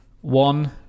one